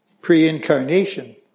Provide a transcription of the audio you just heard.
pre-incarnation